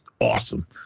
awesome